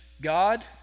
God